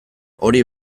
hori